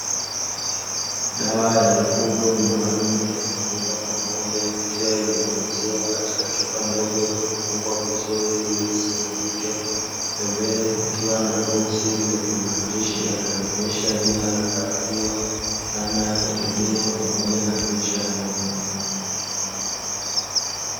Dawa ya mifugo maalumu inayotumika kwa ng'ombe ikiwa imehifadhiwa katika chupa ndogo na kufungwa vizuri ili isimwagike, pembeni kukiwa na boksi lenye maandishi yanayoonyesha jina la dawa hiyo, namna ya kutumia pamoja na picha ya ng'ombe.